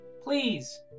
Please